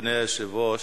אדוני היושב-ראש,